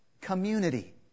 Community